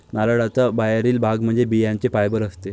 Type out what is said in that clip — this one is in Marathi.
नारळाचा बाहेरील भाग म्हणजे बियांचे फायबर असते